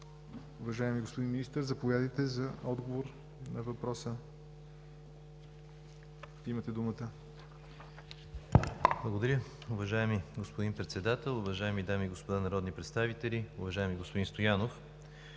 Уважаеми господин Министър, заповядайте за отговор на въпроса. Имате думата. МИНИСТЪР НЕНО ДИМОВ: Благодаря, уважаеми господин Председател. Уважаеми дами и господа народни представители! Уважаеми господин Стоянов,